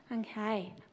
Okay